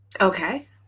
okay